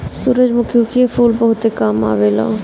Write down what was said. सूरजमुखी के फूल बहुते काम में आवेला